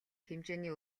хэмжээний